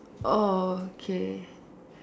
orh okay